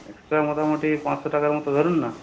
extra মোটামুটি পাঁচশো টাকার মত ধরুন না